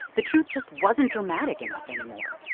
the truth just wasn't dramatic enough anymore.